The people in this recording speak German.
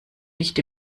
nicht